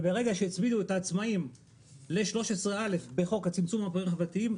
וברגע שהצמידו את העצמאים ל-13א בחוק צמצום הפערים החברתיים,